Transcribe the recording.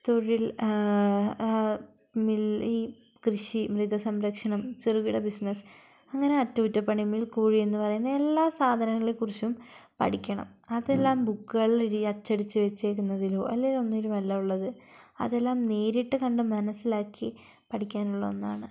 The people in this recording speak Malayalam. തൊഴിൽ ഈ കൃഷി മൃഗസംരക്ഷണം ചെറുകിട ബിസിനസ്സ് അങ്ങനെ അറ്റകുറ്റപ്പണി മിൽക്കോഴി എന്നു പറയുന്ന എല്ലാ സാധനങ്ങളെക്കുറിച്ചും പഠിക്കണം അതെല്ലാം ബുക്കുകളിൽ ഈ അച്ചടിച്ചു വച്ചേക്കുന്നതിലോ അല്ലെങ്കിൽ ഒന്നിലും അല്ല ഉള്ളത് അതെല്ലാം നേരിട്ട് കണ്ടു മനസ്സിലാക്കി പഠിക്കാനുള്ള ഒന്നാണ്